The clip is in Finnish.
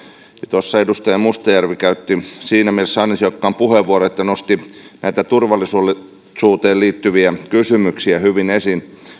tuossa edustaja mustajärvi käytti siinä mielessä ansiokkaan puheenvuoron että nosti näitä turvallisuuteen liittyviä kysymyksiä hyvin esiin